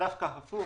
דווקא הפוך.